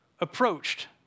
approached